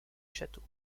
château